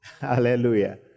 Hallelujah